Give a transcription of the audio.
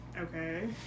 okay